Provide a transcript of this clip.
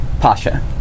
Pasha